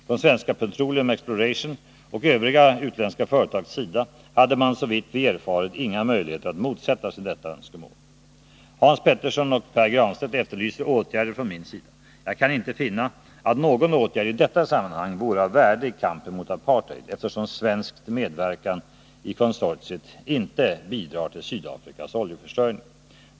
Från Svenska Petroleum Explorations och övriga utländska företags sida hade man, såvitt vi erfarit, inga möjligheter att motsätta sig detta önskemål. Hans Petersson och Pär Granstedt efterlyser åtgärder från min sida. Jag kan inte finna att någon åtgärd i detta sammanhang vore av värde i kampen mot apartheid, eftersom svensk medverkan i konsortiet inte bidrar till Sydafrikas oljeförsörjning.